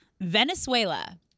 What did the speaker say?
Venezuela